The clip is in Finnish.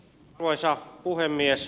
arvoisa puhemies